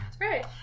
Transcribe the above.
Right